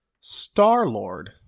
Star-Lord